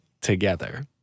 Together